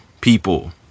people